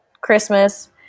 christmas